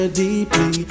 deeply